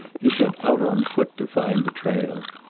he set out on foot to find the trail.